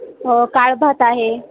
काळभात आहे